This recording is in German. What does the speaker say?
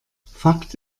fakt